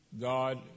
God